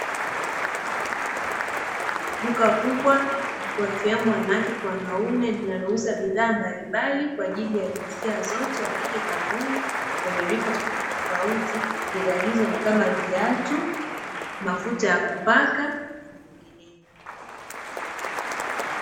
Duka kubwa wakiwemo wanawake kwa wanaume linalouza bidhaa mbalimbali, kwa ajili ya jinsia zote wanawake kwa wanaume, wenye rika tofautitofauti, bidhaa hizo ni kama viatu, mafuta ya kupaka, na nyinginezo.